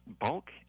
bulk